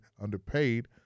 underpaid